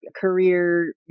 career